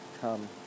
come